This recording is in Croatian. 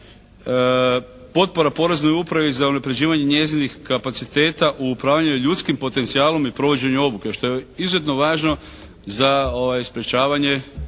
potpora Poreznoj upravi za unapređivanje njezinih kapaciteta u upravljanju ljudskim potencijalom i provođenju obuke što je izuzetno važno za sprječavanje